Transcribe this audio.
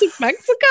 Mexico